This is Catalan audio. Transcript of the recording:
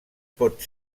pot